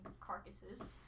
carcasses